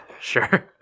Sure